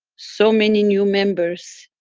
so many new members.